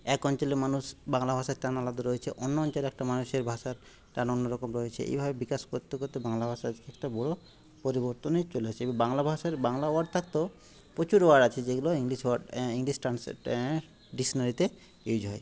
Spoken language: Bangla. এক অঞ্চলের মানুষ বাংলা ভাষার টান আলাদা রয়েছে অন্য অঞ্চলের একটা মানুষের ভাষার টান অন্য রকম রয়েছে এইভাবে বিকাশ করতে করতে বাংলা ভাষা আজকে একটা বড়ো পরিবর্তনেই চলে এসছে বাংলা ভাষায় বাংলা ওয়ার্ড থাকতেও প্রচুর ওয়ার্ড আছে যেগুলো ইংলিশ ওয়ার্ড ইংলিশ ট্রান্সলেট ডিকশনারিতে ইউজ হয়